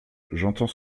j’entends